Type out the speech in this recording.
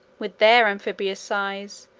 with their amphibious sighs,